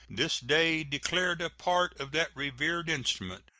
this day declared a part of that revered instrument,